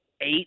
Eight